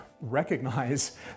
recognize